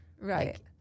Right